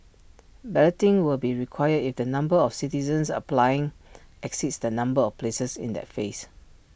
balloting will be required if the number of citizens applying exceeds the number of places in that phase